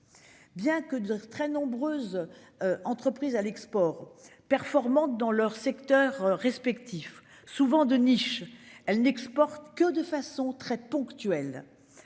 Bien que de très nombreuses. Entreprises à l'export performants dans leur secteur respectif souvent de niche, elle n'exporte que de façon très ponctuelle.